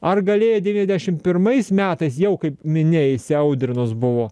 ar galėjo devyniasdešimt pirmais metais jau kaip minia įsiaudrinus buvo